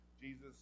Jesus